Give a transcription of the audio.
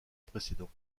précédent